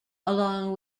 along